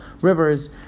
rivers